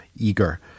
eager